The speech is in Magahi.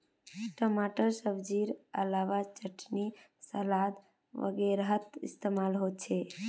टमाटर सब्जिर अलावा चटनी सलाद वगैरहत इस्तेमाल होचे